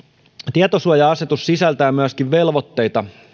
tietosuoja asetus sisältää myöskin velvoitteita